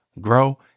grow